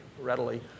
readily